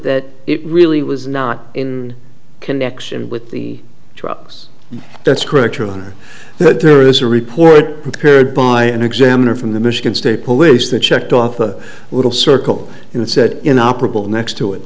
that it really was not in connection with the trucks that's correct your honor that there is a report prepared by an examiner from the michigan state police that checked off a little circle and it said in operable next to it